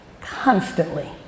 constantly